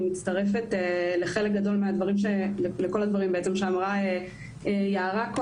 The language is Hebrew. אני מצטרפת לכל הדברים שאמרה קודם יערה מן.